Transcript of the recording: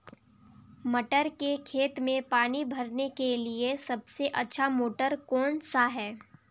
मटर के खेत में पानी भरने के लिए सबसे अच्छा मोटर कौन सा है?